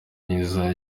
myiza